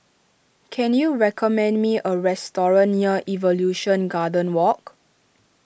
can you recommend me a restaurant near Evolution Garden Walk